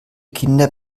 kinder